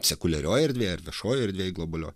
sekuliarioj erdvėj ar viešojoj erdvėj globalioj